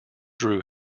drew